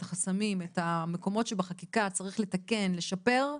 את החסמים ואת המקומות שבחקיקה צריך לתקן ולשפר,